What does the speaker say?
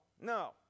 No